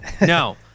no